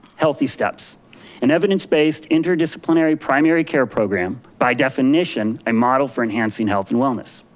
healthysteps an evidence based interdisciplinary primary care program by definition a model for enhancing health and wellness.